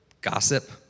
Gossip